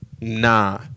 nah